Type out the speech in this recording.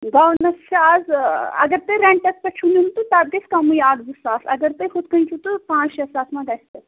گاوُنَس چھُ آز اگر تۄہہِ رٮ۪نٛٹَس پٮ۪ٹھ چھُ نیُن تہٕ تَتھ گَژھِ کَمٕے اَکھ زٕ ساس اگر تۄہہِ ہُتھ کَنۍ چھُ تہٕ پانٛژھ شےٚ ساس ما گَژھِ